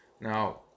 Now